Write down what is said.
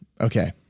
okay